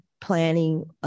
planning